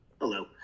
Hello